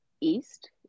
east